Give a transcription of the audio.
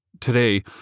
today